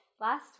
Last